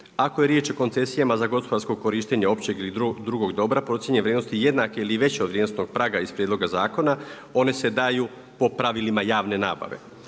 Ako je riječ o koncesijama za gospodarsko korištenje općeg ili drugog dobra procijenjene vrijednosti jednake ili veće od vrijednosnog praga iz prijedloga zakona ona se daju po pravilima javne nabave.